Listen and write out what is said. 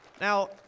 Now